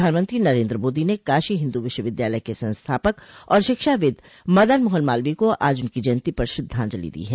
प्रधानमंत्री नरन्द्र मोदी ने काशी हिन्दू विश्वविद्यालय के संस्थापक और शिक्षाविद मदन मोहन मालवीय को आज उनकी जयंती पर श्रद्धांजलि दी है